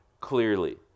clearly